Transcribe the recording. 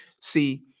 See